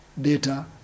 data